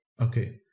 Okay